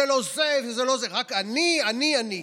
זה לא זה וזה לא זה, רק אני, אני, אני.